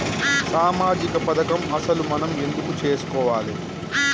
సామాజిక పథకం అసలు మనం ఎందుకు చేస్కోవాలే?